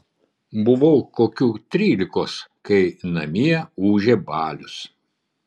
buvau kokių trylikos kai namie ūžė balius